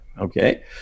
Okay